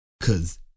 Cause